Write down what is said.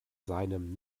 seinem